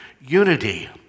unity